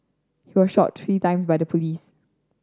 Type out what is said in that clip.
he was shot three time by the police